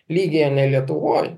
lygyje ne lietuvoj